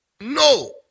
No